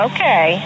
Okay